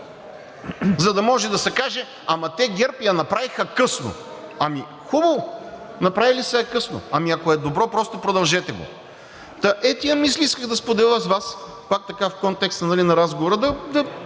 За да може да се каже: ама те ГЕРБ я направиха късно – ами хубаво, направили са я късно, ако е добро, просто продължете го. Тези мисли исках да споделя с Вас, пак така в контекста на разговора да